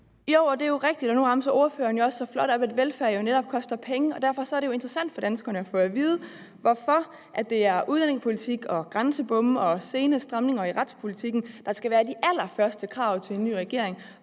(RV): Jo, det er jo rigtigt, og nogle gange siger ordføreren også så flot, at velfærd netop koster penge, og derfor er det jo interessant for danskerne at få at vide, hvorfor det er udlændingepolitik og grænsebomme og stramninger i retspolitikken, der skal være de allerførste krav til en ny regering.